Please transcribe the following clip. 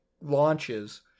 Launches